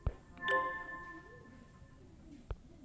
KYC এর কাজ কি?